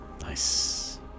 Nice